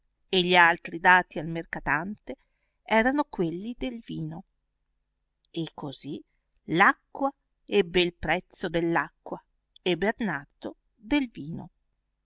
e gli altri dati al mercatante erano quelli del vino e così l'acqua ebbe il prezzo dell'acqua e bernardo del vino